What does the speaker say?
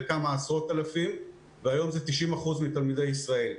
לכמה עשרות אלפים והיום זה 90% מתלמידי ישראל.